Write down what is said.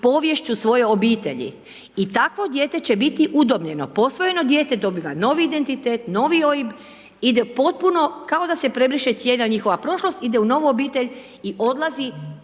poviješću svoje obitelji. I takvo dijete će biti udomljeno. Posvojeno dijete dobiva novi identitet, novi OIB, ide potpuno kao da se prebriše cijela njihova prošlost, ide u novu obitelj i odlazi